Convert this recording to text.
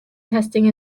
testing